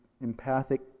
empathic